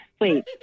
wait